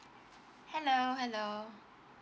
hello hello